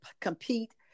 compete